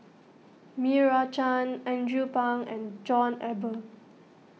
Meira Chand Andrew Phang and John Eber